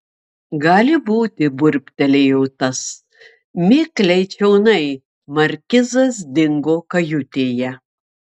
gali būti burbtelėjo tas mikliai čionai markizas dingo kajutėje